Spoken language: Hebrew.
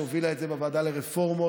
שהובילה את זה בוועדה לרפורמות.